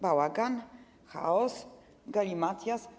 Bałagan, chaos, galimatias?